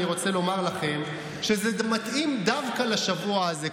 אני רוצה לומר לכם שזה מתאים דווקא לשבוע הזה.